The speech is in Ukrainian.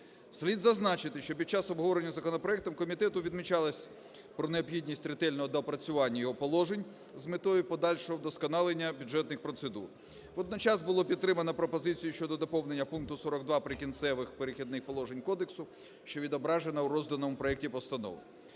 Слід зазначити, що під час обговорення законопроекту комітетом відмічалось про необхідність ретельного доопрацювання його положень з метою подальшого вдосконалення бюджетних процедур. Водночас було підтримано пропозицію щодо доповнення пункту 42 "Прикінцевих, перехідних положень" кодексу, що відображено в розданому проекті постанови.